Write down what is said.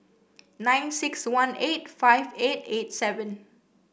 nine six one eight five eight eight seven